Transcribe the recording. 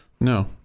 No